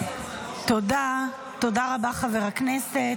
תודה רבה, חבר הכנסת.